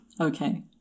Okay